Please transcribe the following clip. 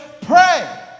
pray